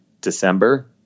December